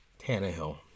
Tannehill